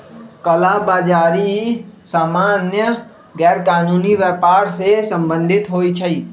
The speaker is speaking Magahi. कला बजारि सामान्य गैरकानूनी व्यापर से सम्बंधित होइ छइ